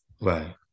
Right